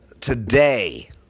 today